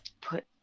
put